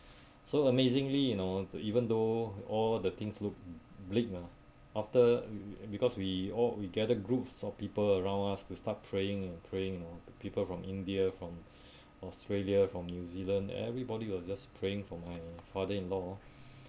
so amazingly you know even though all the things look bleak ah after we because we all we gather group of people around us to start praying praying people from india from australia from new zealand everybody were just spraying for my father in law